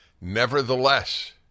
Nevertheless